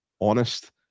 honest